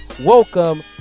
welcome